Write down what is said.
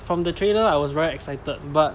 from the trailer I was very excited but